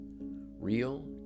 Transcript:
Real